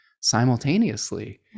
simultaneously